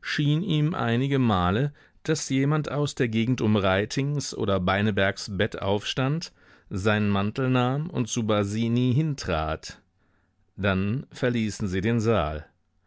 schien ihm einige male daß jemand aus der gegend um reitings oder beinebergs bett aufstand seinen mantel nahm und zu basini hintrat dann verließen sie den saal